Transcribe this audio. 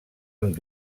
amb